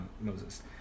Moses